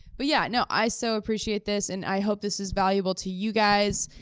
but yeah, no. i so appreciate this, and i hope this is valuable to you guys.